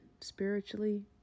spiritually